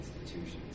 institutions